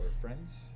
friends